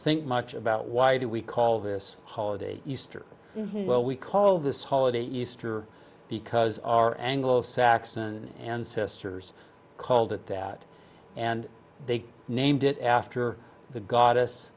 think much about why do we call this holiday easter well we call this holiday easter because our anglo saxon ancestors called it that and they named it after the goddess